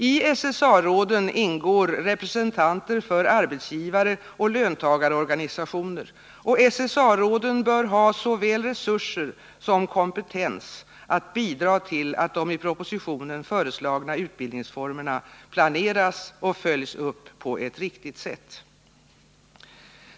I SSA-råden ingår representanter för arbetsgivare och löntagarorganisationer, och SSA-råden bör ha såväl resurser som kompetens att bidra till att de i propositionen föreslagna utbildningsformerna planeras och följs upp på ett riktigt sätt.